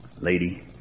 lady